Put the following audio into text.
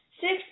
six